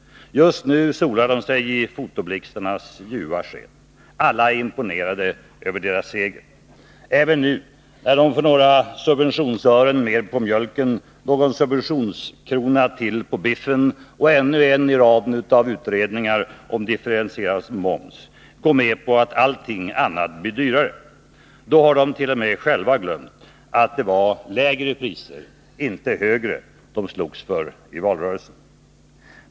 Just nu solar de sig i fotoblixtarnas ljuva sken. Alla är imponerade över deras seger. Nu, när de för några subventionsören mer på mjölken, någon subventionskrona till på biffen och ännu en i raden av utredningar om differentierad moms går med på att allt annat blir dyrare, har det.o.m. själva glömt att det var lägre priser, inte högre, som de slogs för i valrörelsen.